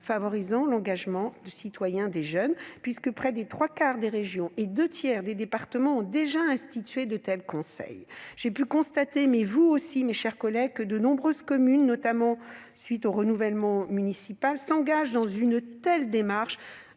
favorisant l'engagement citoyen des jeunes puisque près de trois quarts des régions et deux tiers des départements ont déjà institué de tels conseils. J'ai pu constater, comme vous, mes chers collègues, que de nombreuses communes, notamment depuis le dernier renouvellement des équipes municipales, s'engagent dans une telle démarche.